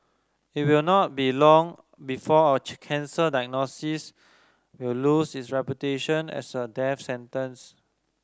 it will not be long before a cancer diagnosis will lose its reputation as a death sentence